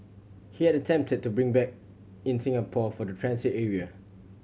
he had attempted to bring back in Singapore for the transit area